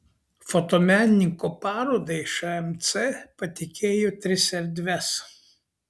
fotomenininko parodai šmc patikėjo tris erdves